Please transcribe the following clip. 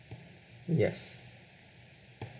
yes